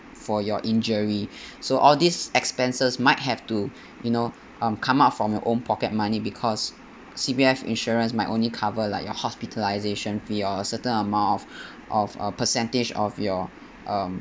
for your injury so all these expenses might have to you know um come up from your own pocket money because C_P_F insurance might only cover like your hospitalisation fee or a certain amount of of uh percentage of your um